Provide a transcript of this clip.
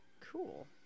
cool